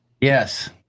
Yes